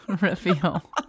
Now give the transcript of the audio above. reveal